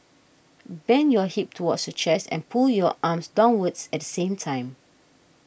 bend your hip towards your chest and pull your arms downwards at the same time